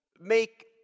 make